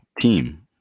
team